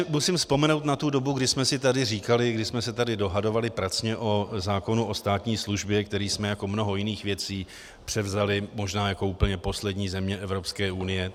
Musím si vzpomenout na tu dobu, kdy jsme si tady říkali, když jsme se tady dohadovali pracně o zákonu o státní službě, který jsme jako mnoho jiných věcí převzali možná jako úplně poslední země Evropské unie.